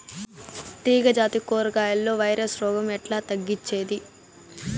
తీగ జాతి కూరగాయల్లో వైరస్ రోగం ఎట్లా తగ్గించేది?